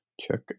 Check